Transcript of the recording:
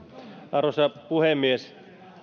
arvoisa puhemies